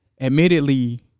admittedly